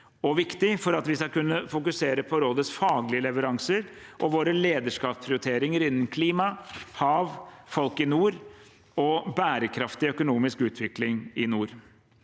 og for at vi skal kunne fokusere på rådets faglige leveranser og våre lederskapsprioriteringer innen klima, hav, folk i nord og bærekraftig økonomisk utvikling i nord.